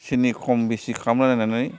सिनि खम बिसि खालाम होननानै